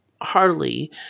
Harley